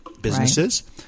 Businesses